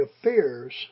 affairs